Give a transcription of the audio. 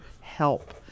help